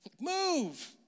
Move